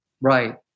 Right